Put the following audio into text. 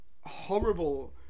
horrible